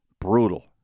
Brutal